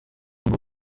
ngo